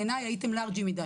בעיניי הייתם לארג'ים מדי.